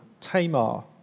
Tamar